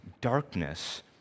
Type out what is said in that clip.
darkness